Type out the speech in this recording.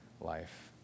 life